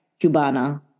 cubana